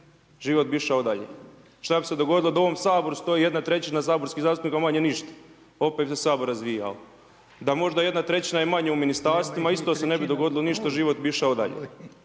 Život bi išao dalje. Šta bi se dogodilo da u ovom Saboru stoji 1/3 saborskih zastupnika manje. Ništa. Opet bi se sabor razvijao. Da možda 1/3 je manja u ministarstvima isto se ne bi dogodilo ništa život bi išao dalje.